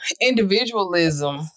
individualism